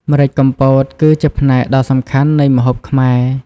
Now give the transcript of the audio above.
ម្រេចកំពតគឺជាផ្នែកដ៏សំខាន់នៃម្ហូបខ្មែរ។